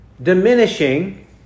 diminishing